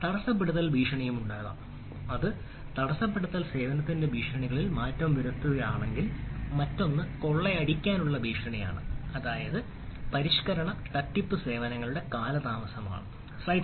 തടസ്സപ്പെടുത്തൽ ഭീഷണിയുണ്ടാകാം അത് തടസ്സപ്പെടുത്തൽ സേവനത്തിന്റെ ഭീഷണികളിൽ മാറ്റം വരുത്തിയതാണെങ്കിൽ മറ്റൊന്ന് കൊള്ളയടിക്കാനുള്ള ഭീഷണിയാണ് അതായത് പരിഷ്കരണ തട്ടിപ്പ് സേവനങ്ങളുടെ കാലതാമസം ആണ്